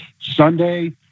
Sunday